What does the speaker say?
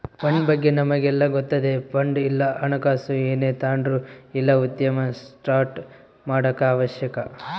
fund ಬಗ್ಗೆ ನಮಿಗೆಲ್ಲ ಗೊತ್ತತೆ ಫಂಡ್ ಇಲ್ಲ ಹಣಕಾಸು ಏನೇ ತಾಂಡ್ರು ಇಲ್ಲ ಉದ್ಯಮ ಸ್ಟಾರ್ಟ್ ಮಾಡಾಕ ಅವಶ್ಯಕ